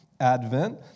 Advent